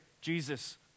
Jesus